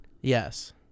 Yes